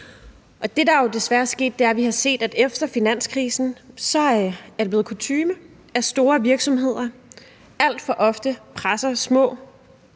sket, er, at vi har set, at efter finanskrisen er det blevet kutyme, at store virksomheder alt for ofte presser små